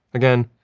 again,